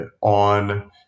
on